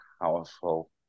powerful